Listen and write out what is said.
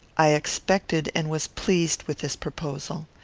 i expected and was pleased with this proposal.